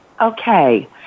okay